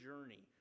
journey